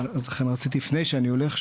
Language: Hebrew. לכן רציתי שתדעו לפני שאני הולך,